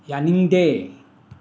ꯌꯥꯅꯤꯡꯗꯦ